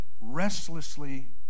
restlessly